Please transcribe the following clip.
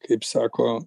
kaip sako